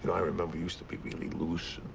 i remember you used to be really loose